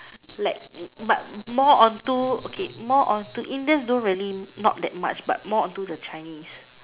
like but more on to okay more on to Indians don't really not that much more on to the Chinese